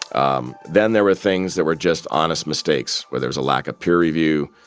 um then there were things that were just honest mistakes, where there's a lack of peer review.